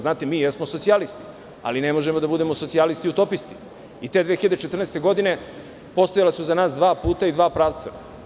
Znate, mi jesmo socijalisti, ali ne možemo da budemo socijalisti utopisti, i te 2014. godine postojala su za nas dva puta i dva pravca.